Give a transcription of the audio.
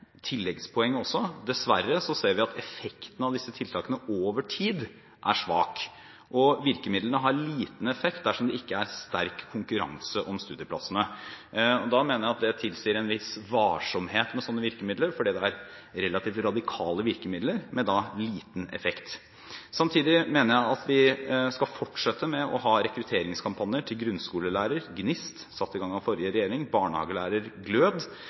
tilleggspoeng også. Dessverre ser vi at effekten av disse tiltakene over tid er svak, og virkemidlene har liten effekt dersom det ikke er sterk konkurranse om studieplassene. Jeg mener at det tilsier en viss varsomhet med slike virkemidler, fordi det er relativt radikale virkemidler med liten effekt. Samtidig mener jeg at vi skal fortsette med å ha rekrutteringskampanjer til grunnskolelærer, GNIST, satt i gang av forrige regjering og barnehagelærer – GLØD